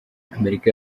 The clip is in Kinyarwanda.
amerika